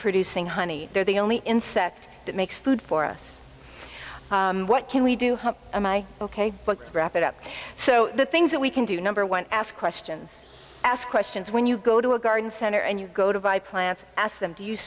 producing honey they're the only insect that makes food for us what can we do a my ok wrap it up so the things that we can do number one ask questions ask questions when you go to a garden center and you go to buy plants ask them do you